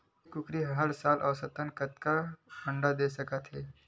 एक कुकरी हर साल औसतन कतेक अंडा दे सकत हे?